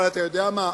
אבל אתה יודע מה?